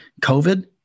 COVID